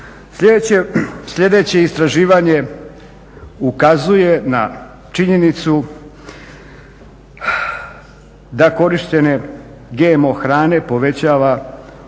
Sljedeće istraživanje ukazuje na činjenicu da korištenje GMO hrane povećava rizik